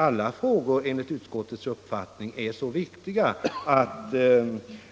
Alla frågor är enligt utskottets uppfattning så viktiga att